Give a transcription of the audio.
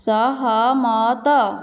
ସହମତ